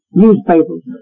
newspapers